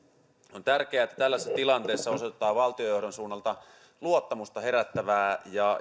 on tärkeää että tällaisessa tilanteessa osoitetaan valtiojohdon suunnalta luottamusta herättävää ja